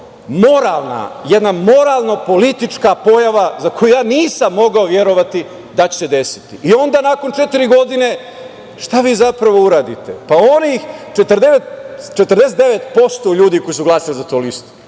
Dakle, jedna moralno-politička pojava za koju ja nisam mogao verovati da će se desiti i onda nakon četiri godine šta vi zapravo uradite? Pa, onih 49% ljudi koji su glasali za tu listu,